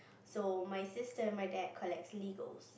so my sister my dad collect Legos